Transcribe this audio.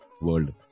world